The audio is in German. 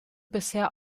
bisher